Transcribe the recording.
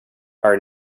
are